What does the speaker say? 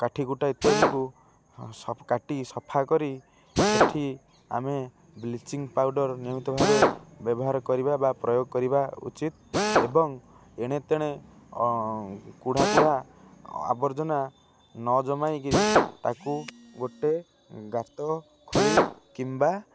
କାଠିକୁଟା ଇତ୍ୟାଦିଙ୍କୁ କାଟି ସଫା କରି ସେଠି ଆମେ ବ୍ଲିଚିଂ ପାଉଡ଼ର ନିୟମିତ ଭାବେ ବ୍ୟବହାର କରିବା ବା ପ୍ରୟୋଗ କରିବା ଉଚିତ ଏବଂ ଏଣେ ତେଣେ କୁଢ଼କୁଢ଼ ଆବର୍ଜନା ନ ଜମାଇକିରି ତାକୁ ଗୋଟେ ଗାତ ଖୋଳି କିମ୍ବା